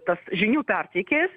tas žinių perteikėjas